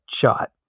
shot